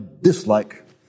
dislike